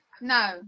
No